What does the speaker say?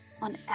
on